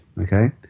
Okay